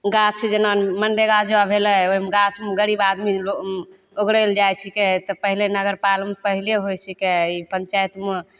गाछ जेना मञ्जर आओर भेलै ओहिमे गाछ गरीब आदमी ओगरैले जाइ छिकै तऽ पहिले नगरपालमे पहिले होइ छिकै ई पञ्चाइतमे